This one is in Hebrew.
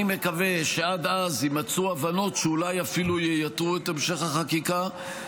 אני מקווה שעד אז יימצאו הבנות שאולי אפילו ייתרו את המשך החקיקה.